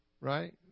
right